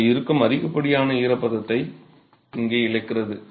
எனவே அது இருக்கும் அதிகப்படியான ஈரப்பதத்தை இங்கே இழக்கிறது